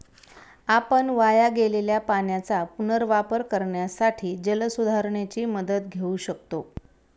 आपण वाया गेलेल्या पाण्याचा पुनर्वापर करण्यासाठी जलसुधारणेची मदत घेऊ शकतो